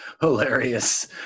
hilarious